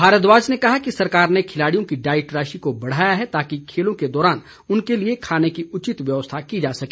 भारद्वाज ने कहा कि सरकार ने खिलाड़ियों की डाईट राशि को बढ़ाया गया है ताकि खेलों के दौरान उनके लिए खाने की उचित व्यवस्था की जा सके